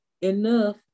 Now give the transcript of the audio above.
enough